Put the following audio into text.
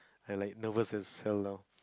I like nervous so long and